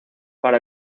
para